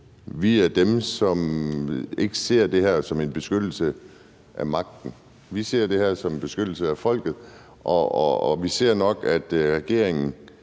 vi er dem, som ikke ser det her som en beskyttelse af magten. Vi ser det her som en beskyttelse af folket, og vi ser nok, at regeringen